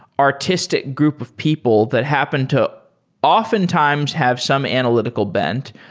artistic group of people that happen to often times have some analytical bent.